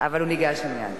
אבל הוא ניגש מייד.